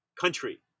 country